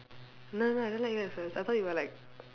no no I don't like you at first I thought you were like